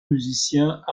musiciens